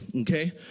okay